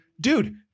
dude